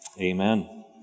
Amen